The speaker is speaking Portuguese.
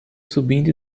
subindo